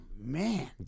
man